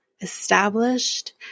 established